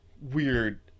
weird